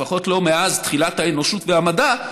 לפחות מאז תחילת האנושות והמדע,